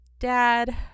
Dad